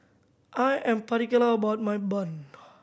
I am particular about my bun